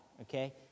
okay